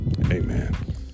Amen